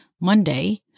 Monday